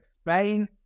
Spain